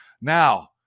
Now